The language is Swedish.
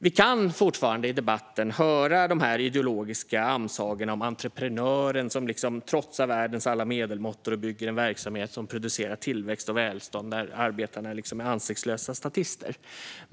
Vi kan fortfarande i debatten höra de ideologiska amsagorna om entreprenören som trotsar världens alla medelmåttor och bygger en verksamhet som producerar tillväxt och välstånd, där arbetarna är ansiktslösa statister.